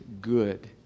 good